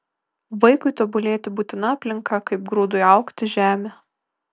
vaikui tobulėti būtina aplinka kaip grūdui augti žemė